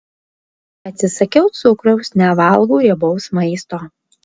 atsisakiau cukraus nevalgau riebaus maisto